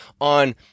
on